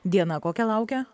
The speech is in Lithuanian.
diena kokia laukia